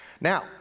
Now